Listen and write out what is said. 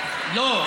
לא.